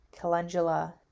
calendula